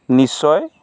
নিশ্চয়